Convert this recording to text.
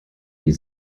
die